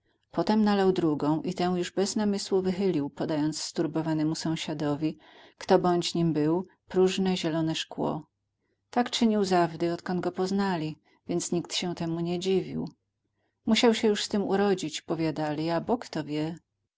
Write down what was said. potem nalał drugą i tę już bez namysłu wychylił podając sturbowanemu sąsiadowi ktobądź nim był próżne zielone szkło tak czynił zawdy odkąd go poznali więc nikt się temu nie dziwił musiał się już z tem urodzić powiadali abo kto wie